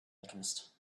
alchemist